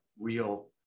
real